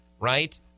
Right